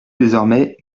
désormais